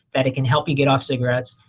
that it can help you get off cigarettes.